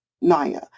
Naya